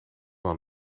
wel